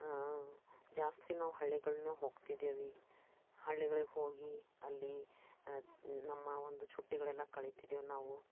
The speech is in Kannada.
ಜಾಸ್ತಿ ನಾವು ಹಳ್ಳಿಗಳನ್ನು ಹೊಗ್ತಿದ್ದೀವಿ ಹಳ್ಳಿಗಳಿಗೆ ಹೋಗಿ ಅಲ್ಲಿ ನಮ್ಮ ಒಂದು ಚುಟ್ಟಿಗಳೆಲ್ಲ ಕಳಿತಿದ್ದೇವೆ ನಾವು